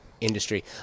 industry